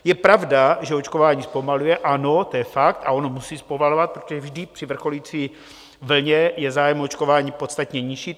Je pravda, že očkování zpomaluje, ano, to je fakt, a ono musí zpomalovat, protože vždy při vrcholící vlně je zájem o očkování podstatně nižší.